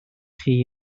chi